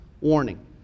warning